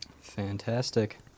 Fantastic